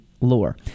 lore